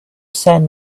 send